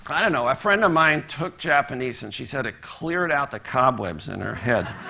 i don't know. a friend of mine took japanese, and she said it cleared out the cobwebs in her head.